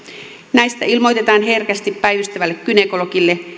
näistä ilmoitetaan herkästi päivystävälle gynekologille